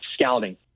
scouting